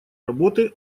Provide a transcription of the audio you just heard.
работы